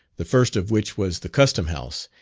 the first of which was the custom-house,